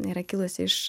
yra kilusi iš